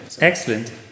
excellent